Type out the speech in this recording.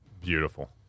Beautiful